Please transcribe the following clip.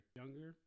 younger